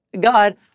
God